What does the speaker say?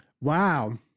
Wow